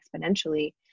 exponentially